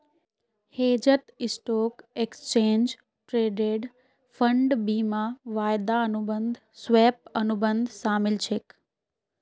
हेजत stock, exchange traded fund, बीमा, वायदा अनुबंध, स्वैप, अनुबंध शामिल छेक